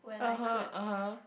(uh huh) (uh huh)